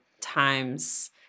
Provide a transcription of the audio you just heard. times